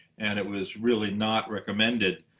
and it was really not recommended.